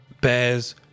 bears